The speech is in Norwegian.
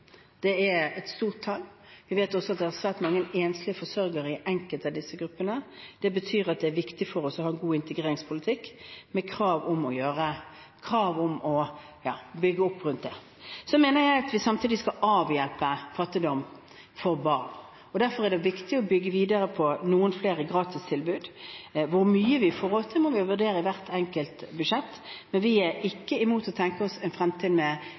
Det er et stort tall. Vi vet også at det er svært mange enslige forsørgere i enkelte av disse gruppene. Det betyr at det er viktig for oss å ha en god integreringspolitikk med krav om å bygge opp rundt det. Jeg mener også at vi samtidig skal avhjelpe fattigdom for barn, og derfor er det viktig å bygge videre på noen flere gratistilbud. Hvor mye vi får råd til, må vi vurdere i hvert enkelt budsjett, men vi er ikke mot å tenke oss en fremtid med